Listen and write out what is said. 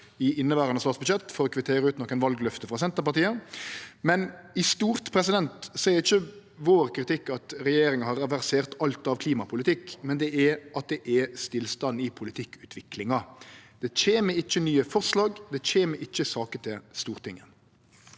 i inneverande statsbudsjett for å kvittere ut nokre valløfte frå Senterpartiet. Likevel, i stort, er ikkje vår kritikk at regjeringa har reversert alt av klimapolitikk, men at det er stillstand i politikkutviklinga. Det kjem ikkje nye forslag, det kjem ikkje saker til Stortinget.